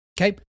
Okay